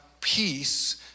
peace